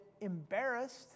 embarrassed